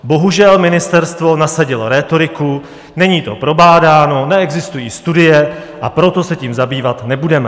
Bohužel, ministerstvo nasadilo rétoriku: Není to probádáno, neexistují studie, a proto se tím zabývat nebudeme.